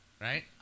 right